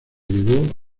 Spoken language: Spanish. llegó